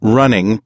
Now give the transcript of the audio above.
running